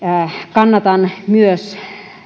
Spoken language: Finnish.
kannatan myös